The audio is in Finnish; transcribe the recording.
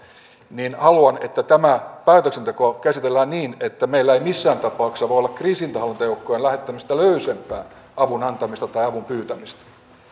niin haluan että tämä päätöksenteko käsitellään niin että meillä ei missään tapauksessa voi olla kriisinhallintajoukkojen lähettämistä löysempää avunantamista tai avunpyytämistä